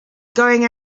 going